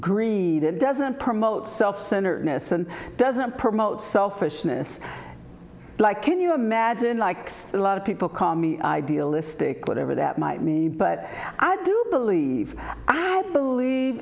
greed and doesn't promote self centered innocent doesn't promote selfishness like can you imagine likes a lot of people call me idealistic whatever that might mean but i do believe